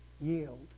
yield